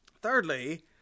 Thirdly